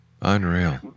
Unreal